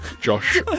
josh